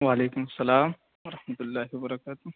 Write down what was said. وعلیکم السّلام ورحمتہ اللہ و برکاتہ